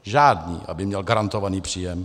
Žádný, aby měl garantovaný příjem.